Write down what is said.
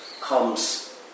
comes